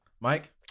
Mike